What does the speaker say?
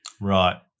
Right